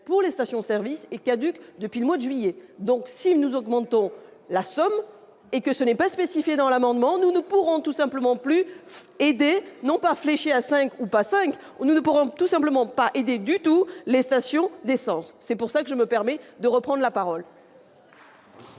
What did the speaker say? pour les stations-service est caduque depuis le mois de juillet, donc si nous augmentons la somme et que ce n'est pas spécifié dans l'amendement nous ne pourront tout simplement plus aidés non pas infléchi à 5 ou pas 5 on ne pourront tout simplement pas aidé du tout, les stations d'essence, c'est pour ça que je me permets de reprend la parole.